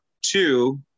two